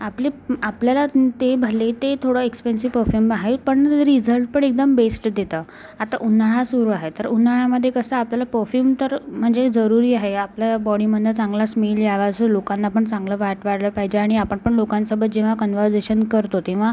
आपले आपल्याला ते भले ते थोडं एक्स्पेन्सिव परफ्यूम आहे पण रिझल्ट पण एकदम बेस्ट देतं आता उन्हाळा सुरू आहे तर उन्हाळ्यामध्ये कसं आपल्याला परफ्यूम तर म्हणजे जरूरी आहे आपल्या बॉडीमधनं चांगला स्मेल यावा असं लोकांना पण चांगलं वाट वाटलं पाहिजे आणि आपण पण लोकांसोबत जेव्हा कन्व्हरजेशन करतो तेव्हा